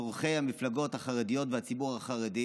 לצורכי המפלגות החרדיות והציבור החרדי